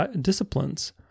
disciplines